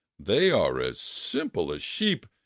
they are as simple as sheep,